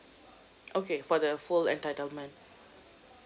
okay for the full entitlement